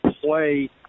play